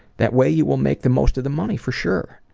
that way you will make the most of the money for sure.